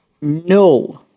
No